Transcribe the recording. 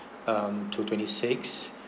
um to twenty sixth